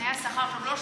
תנאי השכר שם לא שופרו.